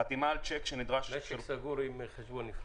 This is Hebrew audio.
חתימה על צ'ק -- משק סגור עם חשבון נפרד.